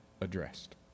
addressed